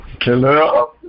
Hello